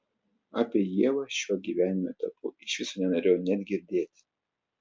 apie ievą šiuo gyvenimo etapu iš viso nenorėjau net girdėti